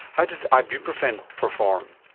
how did ibuprofen perform?